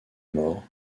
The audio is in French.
mort